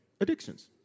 addictions